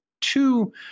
two –